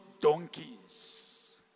Donkeys